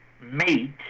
mate